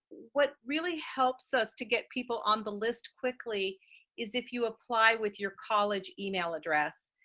what really helps us to get people on the list quickly is if you apply with your college email address.